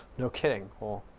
no kidding. well,